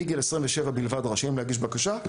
מגיל 27 בלבד רשאים להגיש בקשה.